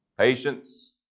Patience